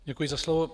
Děkuji za slovo.